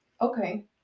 Okay